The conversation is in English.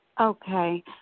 Okay